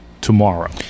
tomorrow